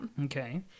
Okay